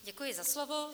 Děkuji za slovo.